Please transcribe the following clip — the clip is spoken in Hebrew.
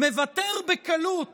מוותר בקלות